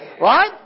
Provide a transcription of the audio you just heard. Right